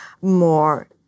more